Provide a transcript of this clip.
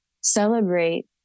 celebrate